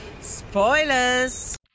Spoilers